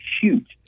huge